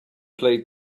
played